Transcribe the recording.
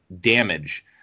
damage